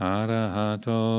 arahato